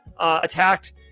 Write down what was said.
attacked